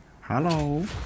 Hello